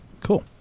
Cool